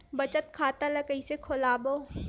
बचत खता ल कइसे खोलबों?